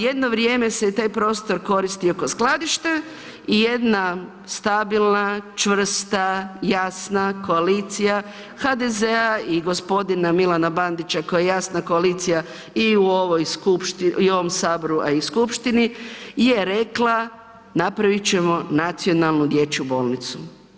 Jedno vrijeme se taj prostor koristio ko skladište i jedna stabilna, čvrsta, jasna koalicija HDZ-a i gospodina Milana Bandića koja je jasna koalicija i u ovom saboru, a i skupštini, je rekla napravit ćemo nacionalnu dječju bolnicu.